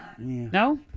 No